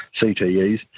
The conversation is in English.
CTEs